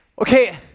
okay